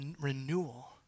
renewal